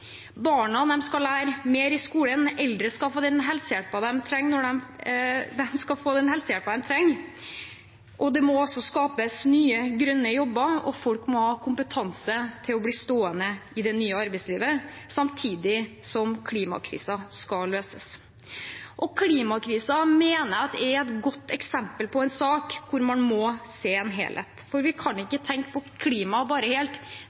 Barna skal lære mer i skolen, og eldre skal få den helsehjelpen de trenger. Det må skapes nye, grønne jobber, og folk må ha kompetanse til å bli stående i det nye arbeidslivet, samtidig som klimakrisen skal løses. Klimakrisen mener jeg er et godt eksempel på en sak der man må se en helhet. Vi kan ikke tenke på klimaet helt